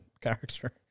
character